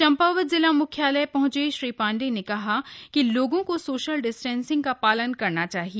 चंपावत जिला म्ख्यालय पहंचे श्री पांडेय ने कहा कि लोगों को सोशल डिस्टेंसिंग का पालन करना चाहिए